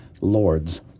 lords